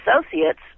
associates